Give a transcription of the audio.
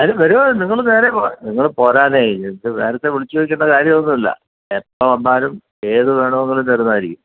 അതിന് വരുന്നതിന് നിങ്ങൾ നേരെ നിങ്ങൾ പോരാനെ ഇപ്പോൾ നേരത്തെ വിളിച്ച് ചോദിക്കേണ്ട കാര്യമൊന്നുമില്ല എപ്പം വന്നാലും ഏതു വേണമെങ്കിലും തരുന്നതായാരിക്കും